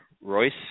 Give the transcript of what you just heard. Royce